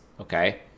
okay